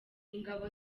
ingabo